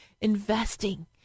investing